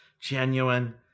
genuine